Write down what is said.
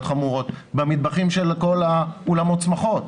חמורות זה במטבחים של כל אולמות השמחות,